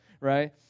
right